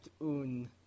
un